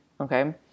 okay